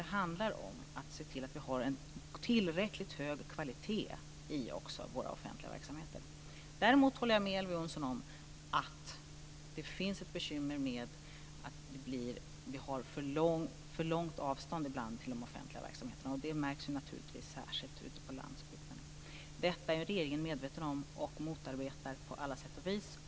Det handlar om att se till att vi har en tillräckligt hög kvalitet i våra offentliga verksamheter. Däremot håller jag med Elver Jonsson om att det finns ett bekymmer med att vi ibland har för långt avstånd till de offentliga verksamheterna. Det märks naturligtvis särskilt ute på landsbygden. Detta är regeringen medveten om och motarbetar på alla sätt och vis.